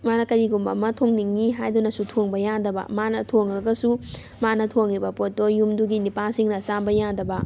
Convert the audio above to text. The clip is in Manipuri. ꯃꯥꯅ ꯀꯔꯤꯒꯨꯝꯕ ꯑꯃ ꯊꯣꯡꯅꯤꯡꯉꯤ ꯍꯥꯏꯗꯨꯅꯁꯨ ꯊꯣꯡꯕ ꯌꯥꯗꯕ ꯃꯥꯅ ꯊꯣꯡꯉꯒꯁꯨ ꯃꯥꯅ ꯊꯣꯡꯉꯤꯕ ꯄꯣꯠꯇꯣ ꯌꯨꯝꯗꯨꯒꯤ ꯅꯨꯄꯥꯁꯤꯡꯅ ꯆꯥꯕ ꯌꯥꯗꯕ